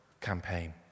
campaign